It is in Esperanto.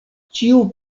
ĉiu